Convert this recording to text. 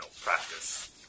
practice